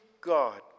God